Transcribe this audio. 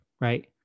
right